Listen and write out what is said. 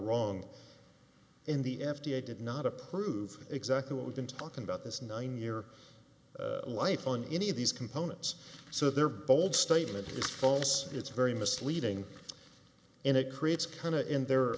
wrong in the f d a did not approve exactly what we've been talking about this nine year life on any of these components so their bold statement is false it's very misleading and it creates kind of a in their